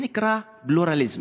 זה נקרא פלורליזם.